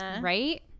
Right